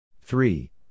three